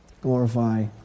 glorify